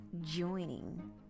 joining